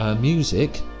music